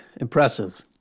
Impressive